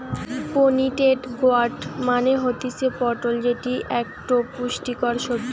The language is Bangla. পোনিটেড গোয়ার্ড মানে হতিছে পটল যেটি একটো পুষ্টিকর সবজি